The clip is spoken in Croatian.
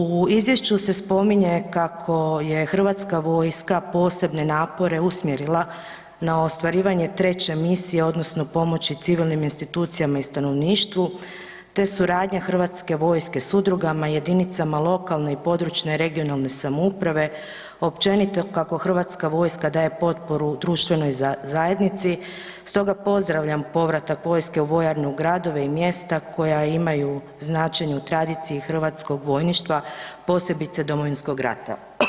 U izvješću se spominje kako je Hrvatska vojska posebne napore usmjerila na ostvarivanje 3 misije odnosno pomoći civilnim institucijama i stanovništvu te suradnja Hrvatske vojske s udrugama, jedinicama lokalne i područne (regionalne) samouprave, općenito kako Hrvatska vojska daje potporu društvenoj zajednici stoga pozdravljam povratak vojske u vojarne u gradove i mjesta koja imaju značajnu tradiciju i hrvatskog vojništva, posebice Domovinskog rata.